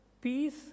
peace